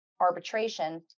arbitration